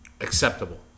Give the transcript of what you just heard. acceptable